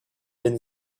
been